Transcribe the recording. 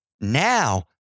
Now